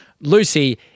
Lucy